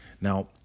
Now